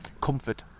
comfort